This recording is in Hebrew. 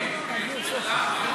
קודם למה.